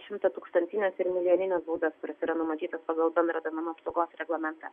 šimtatūkstantines ir milijonines būdas kurios yra numatytos pagal bendrą duomenų apsaugos reglamentą